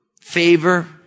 favor